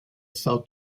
sao